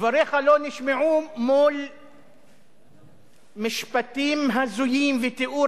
דבריך לא נשמעו מול משפטים הזויים ותיאור